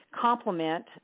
complement